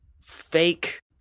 fake